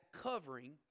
covering